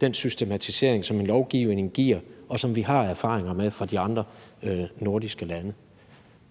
den systematisering, som en lovgivning giver, og som vi har erfaringer med fra de andre nordiske lande.